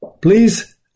Please